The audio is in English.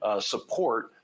support